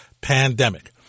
pandemic